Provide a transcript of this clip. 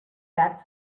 fat